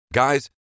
Guys